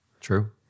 True